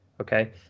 Okay